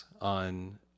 on